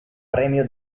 premio